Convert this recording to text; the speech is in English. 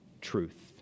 truth